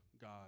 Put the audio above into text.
God